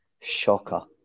Shocker